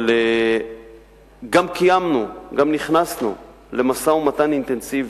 אבל גם נכנסנו למשא-ומתן אינטנסיבי,